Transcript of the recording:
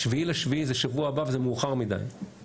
ה-7 ביולי זה שבוע הבא וזה מאוחר מדי.